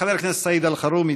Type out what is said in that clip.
חבר הכנסת סעיד אלחרומי,